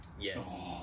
Yes